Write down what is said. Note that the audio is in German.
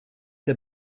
der